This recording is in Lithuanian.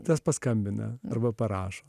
tas paskambina arba parašo